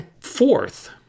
Fourth